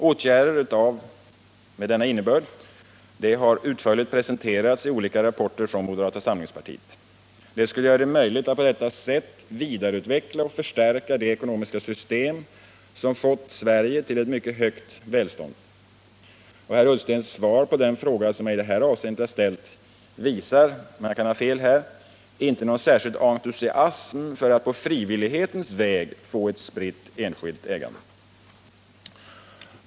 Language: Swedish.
Åtgärder med denna innebörd, som utförligt presenterats i olika rapporter från moderata samlingspartiet, skulle göra det möjligt att vidareutveckla och förstärka det ekonomiska system som fått Sverige till ett mycket högt välstånd. Herr Ullstens svar på den fråga som jag i detta avseende ställt visar — men jag kan ha fel här — inte någon särskild entusiasm för att på denna frivillighetens väg få ett spritt enskilt ägande.